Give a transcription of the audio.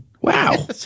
Wow